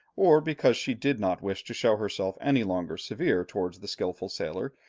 or because she did not wish to show herself any longer severe towards the skilful sailor,